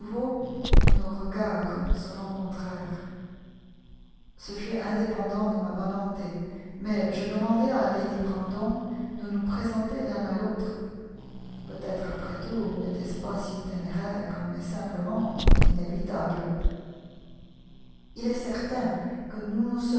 nos regards se rencontrèrent ce fut indépendant de ma volonté mais je demandai à lady brandon de nous présenter l'un à l'autre peut-être après tout n'était-ce pas si téméraire mais simplement inévitable il est certain que nous